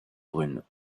brunes